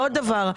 עוד דבר,